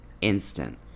instant